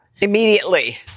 immediately